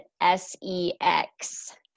S-E-X